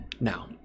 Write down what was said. Now